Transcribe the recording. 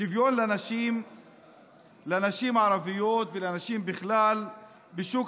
שוויון לנשים ערביות ולנשים בכלל בשוק